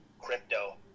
Crypto